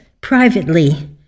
privately